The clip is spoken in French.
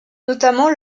notamment